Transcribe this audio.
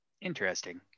Interesting